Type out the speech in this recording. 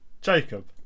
Jacob